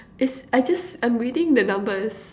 it's I just I'm reading the numbers